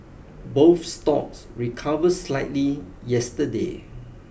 both stocks recover slightly yesterday